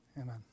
Amen